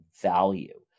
value